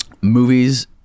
Movies